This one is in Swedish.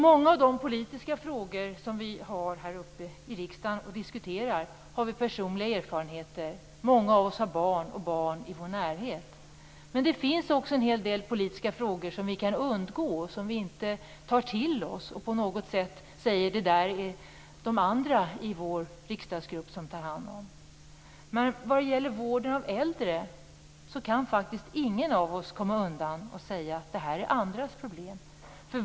Många av de politiska frågor som vi diskuterar här i riksdagen har vi personliga erfarenheter av. Många av oss har egna barn och barn i vår närhet. Det finns också en hel del politiska frågor som vi kan undgå och som vi inte tar till oss, där vi säger att det är de andra i vår riksdagsgrupp som tar hand om det. Men när det gäller vården av äldre kan faktiskt ingen av oss komma undan och säga att det är andras problem.